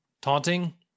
taunting